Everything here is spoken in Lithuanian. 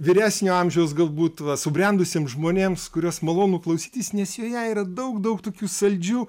vyresnio amžiaus galbūt va subrendusiem žmonėms kuriuos malonu klausytis nes joje yra daug daug tokių saldžių